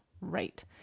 right